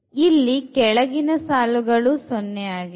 ಇಲ್ಲಿ ಕೆಳಗಿನ ಸಾಲುಗಳು 0 ಆಗಿದೆ